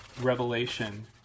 Revelation